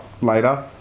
later